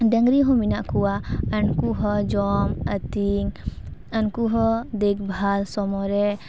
ᱰᱟᱝᱨᱤ ᱦᱚᱸ ᱢᱮᱱᱟᱜ ᱠᱚᱣᱟ ᱩᱱᱠᱩ ᱦᱚᱸ ᱡᱚᱢ ᱟᱹᱛᱤᱧ ᱟᱱᱠᱩ ᱦᱚᱸ ᱫᱮᱠᱵᱷᱟᱞ ᱥᱳᱢᱳᱭ ᱨᱮ